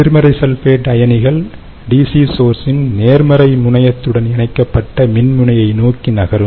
எதிர்மறை சல்பேட் அயனிகள் DC source இன் நேர்மறை முனையத்துடன் இணைக்கப்பட்ட மின்முனையை நோக்கி நகரும்